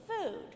food